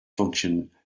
function